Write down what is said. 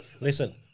Listen